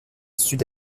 sud